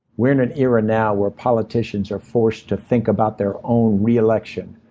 we're in an era now where politicians are forced to think about their own re-election,